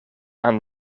aan